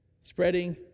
spreading